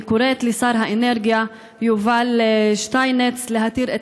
אני קוראת לשר האנרגיה יובל שטייניץ להתיר את